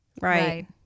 Right